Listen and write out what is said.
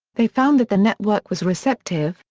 they found that the network was receptive,